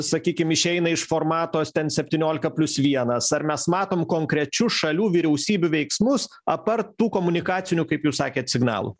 sakykim išeina iš formato ten septyniolika plius vienas ar mes matom konkrečių šalių vyriausybių veiksmus aptart tų komunikacinių kaip jūs sakėt signalų